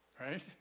Right